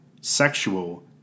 sexual